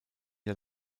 der